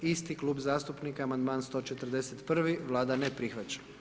Isti klub zastupnika Amandman 141., Vlada ne prihvaća.